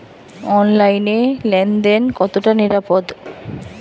অনলাইনে লেন দেন কতটা নিরাপদ?